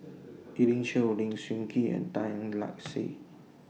Elim Chew Lim Sun Gee and Tan Lark Sye